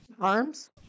arms